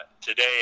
today